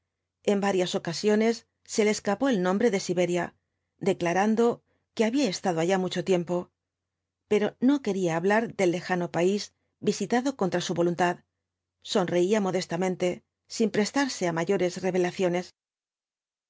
en varias ocasiones se le escapó el nombre de siberia declarando que había estado allá mucho tiempo pero no quería hablar del lejano país visitado contra su voluntad sonreía modestamente sin prestarse á mayores revelaciones